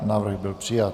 Návrh byl přijat.